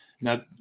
Now